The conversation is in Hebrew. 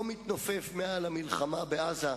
לא מתנופף מעל המלחמה בעזה,